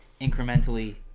incrementally